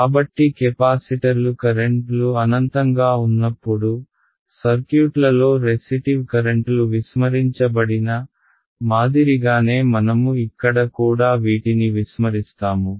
కాబట్టి కెపాసిటర్లు కరెంట్ లు అనంతంగా ఉన్నప్పుడు సర్క్యూట్లలో రెసిటివ్ కరెంట్లు విస్మరించబడిన మాదిరిగానే మనము ఇక్కడ కూడా వీటిని విస్మరిస్తాము